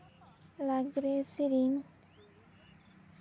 ᱞᱟᱜᱽᱬᱮ ᱥᱮᱨᱮᱧ